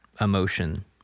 emotion